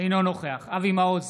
אינו נוכח אבי מעוז,